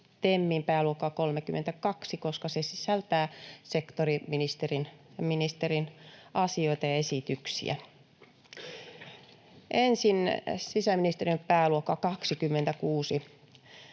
TEMin pääluokkaa 32, koska se sisältää sektoriministerin asioita ja esityksiä. Ensin sisäministeriön pääluokka 26: